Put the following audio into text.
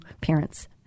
parents